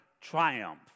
triumph